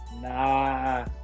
Nah